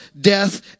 death